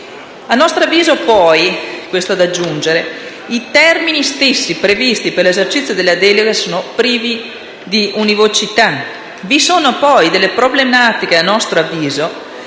A nostro avviso poi - questo è da aggiungere - i termini stessi previsti per l'esercizio della delega sono privi di univocità. Nascono problematiche, a nostro avviso,